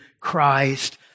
Christ